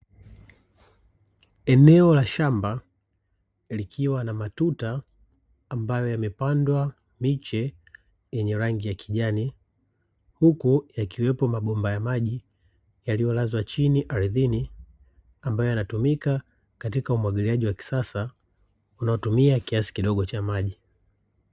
Eneo la shamba likiwa na matuta ambayo yamepandwa miche yenye rangi ya kijani huku yakiwepo mabomba ya maji yaliyo lazwa aridhini ambayo yanatumika katika umwagiliaji wa kisasa unaotumia kiasi kidogo cha maji.